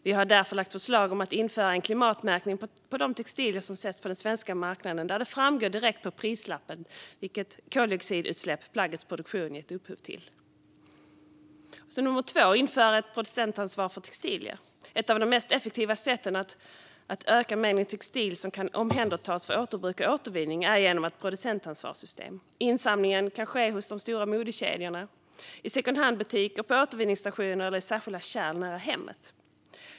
Vi har därför lagt förslag om att införa en klimatmärkning på de textilier som sätts på den svenska marknaden där det framgår direkt på prislappen vilket koldioxidutsläpp plaggets produktion gett upphov till. Det andra är att införa ett producentansvar för textilier. Ett av de mest effektiva sätten att öka mängden textil som kan omhändertas för återbruk och återvinning är genom ett producentansvarssystem. Insamlingen kan ske hos de stora modekedjorna, i secondhandbutiker, på återvinningsstationer eller i särskilda kärl nära hemmet.